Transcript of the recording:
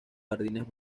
jardines